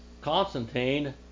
Constantine